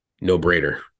No-brainer